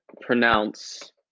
pronounce